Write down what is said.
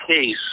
case